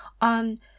on